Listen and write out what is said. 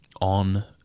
on